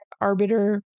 arbiter